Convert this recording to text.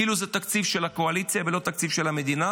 כאילו זה תקציב של הקואליציה ולא תקציב של המדינה,